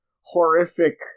horrific